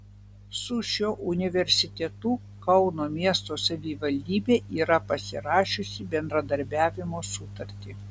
su šiuo universitetu kauno miesto savivaldybė yra pasirašiusi bendradarbiavimo sutartį